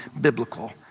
biblical